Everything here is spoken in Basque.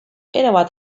erabat